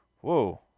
whoa